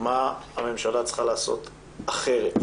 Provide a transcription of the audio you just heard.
מה הממשלה צריכה לעשות אחרת.